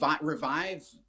revive